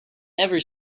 never